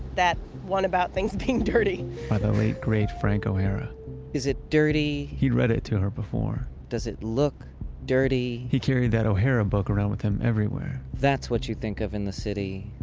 that one about things being dirty by the late, great frank o'hara is it dirty? he read it to her before does it look dirty? he carried that o'hara book around with him everywhere that's what you think of in the city.